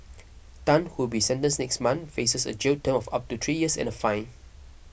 Tan who will be sentenced next month faces a jail term of up to three years and a fine